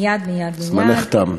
זמנך תם.